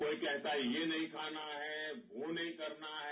कोई कहता है ये नहीं खाना है वो नहीं करना है